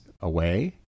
away